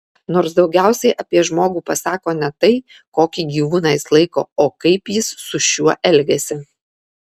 nors daugiausiai apie žmogų pasako ne tai kokį gyvūną jis laiko o kaip jis su šiuo elgiasi